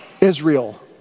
Israel